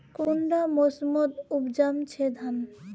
कुंडा मोसमोत उपजाम छै धान?